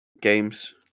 games